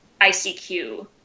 ICQ